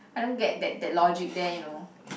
I don't get that that logic there you know